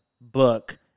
book